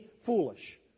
foolish